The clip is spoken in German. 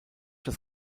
das